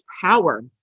power